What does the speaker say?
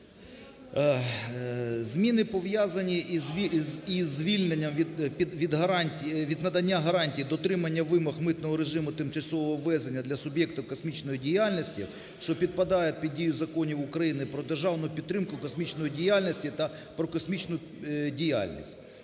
Зміни пов'язані із звільненням від надання гарантій дотримання вимог митного режиму тимчасового ввезення для суб'єктів космічної діяльності, що підпадає під дію законів України "Про державну підтримку космічної діяльності" та "Про космічну діяльність".